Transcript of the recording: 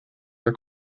are